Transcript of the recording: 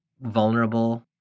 vulnerable